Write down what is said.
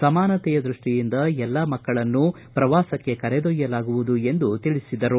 ಸಮಾನತೆಯ ದೃಷ್ಟಿಯಿಂದ ಎಲ್ಲಾ ಮಕ್ಕಳನ್ನೂ ಪ್ರವಾಸಕ್ಕೆ ಕರೆದೊಯ್ಯಲು ನೀಡಲಾಗುವುದು ಎಂದು ತಿಳಿಸಿದರು